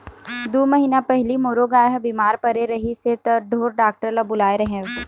दू महीना पहिली मोरो गाय ह बिमार परे रहिस हे त ढोर डॉक्टर ल बुलाए रेहेंव